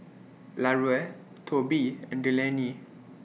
Larue Tobe and Delaney